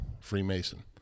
Freemason